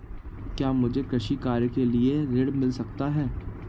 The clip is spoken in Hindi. क्या मुझे कृषि कार्य के लिए ऋण मिल सकता है?